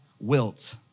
wilt